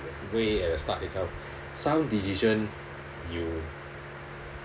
way at the start itself some decision you